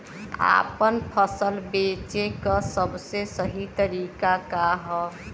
आपन फसल बेचे क सबसे सही तरीका का ह?